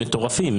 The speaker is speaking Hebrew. מטורפים,